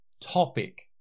topic